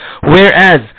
whereas